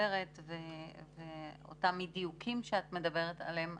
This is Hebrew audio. מדברת ואותם אי-דיוקים שאת מדברת עליה,